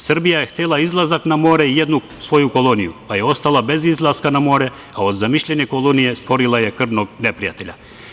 Srbija je htela izlazak na more i jednu svoju koloniju, pa je ostala bez izlaska na more, a od zamišljene kolonije stvorila je krvnog neprijatelja.